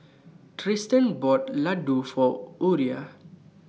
Triston bought Ladoo For Uriah